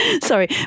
sorry